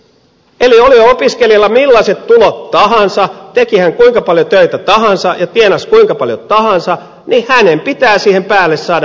eli olivat opiskelijalla millaiset tulot tahansa teki hän kuinka paljon töitä tahansa ja tienasi kuinka paljon tahansa niin hänen pitää siihen päälle saada vielä opintorahaa